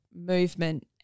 movement